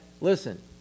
listen